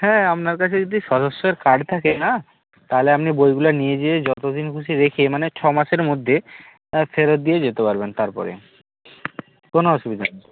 হ্যাঁ আপনার কাছে যদি সদস্যের কার্ড থাকে না তাহলে আপনি বইগুলো নিয়ে গিয়ে যতদিন খুশি রেখে মানে ছমাসের মধ্যে ফেরত দিয়ে যেতে পারবেন তারপরে কোনো অসুবিধা নেই